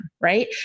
right